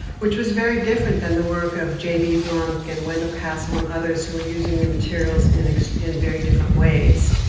which was very different from the work of j. b. blunk and wendell castle and others who were using the materials in in very different ways.